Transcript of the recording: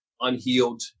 unhealed